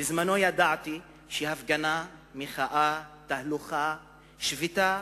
בזמנו הבנתי שהפגנה, מחאה, תהלוכה, שביתה